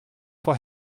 for